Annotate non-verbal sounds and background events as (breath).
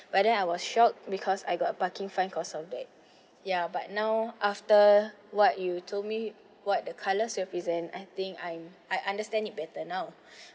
but then I was shocked because I got a parking fine because of that ya but now after what you told me what the colour represent I think I I understand it better now (breath)